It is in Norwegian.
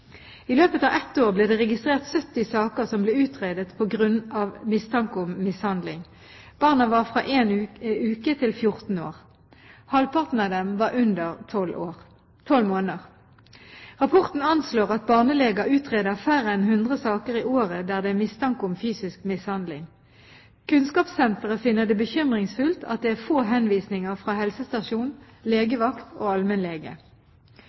I løpet av ett år ble det registrert 70 saker som ble utredet på grunn av mistanke om mishandling. Barna var fra én uke til 14 år. Halvparten av dem var under tolv måneder. Rapporten anslår at barneleger utreder færre enn 100 saker i året der det er mistanke om fysisk mishandling. Kunnskapssenteret finner det bekymringsfullt at det er få henvisninger fra helsestasjon, legevakt og allmennlege.